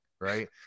right